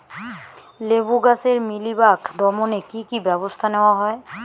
লেবু গাছে মিলিবাগ দমনে কী কী ব্যবস্থা নেওয়া হয়?